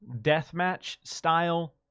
deathmatch-style